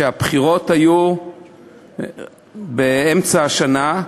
שהבחירות היו באמצע השנה,